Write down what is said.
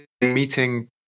meeting